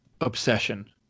obsession